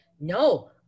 no